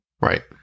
Right